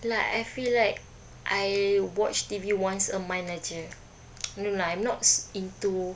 like I feel like I watch T_V once a month sahaja no lah I'm not into